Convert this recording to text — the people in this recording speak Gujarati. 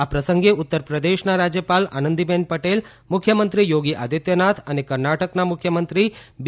આ પ્રસંગે ઉત્તર પ્રદેશના રાજ્યપાલ આનંદીબહેન પટેલ મુખ્યમંત્રી યોગી આદિત્યનાથ અને કર્ણાટકના મુખ્યમંત્રી બી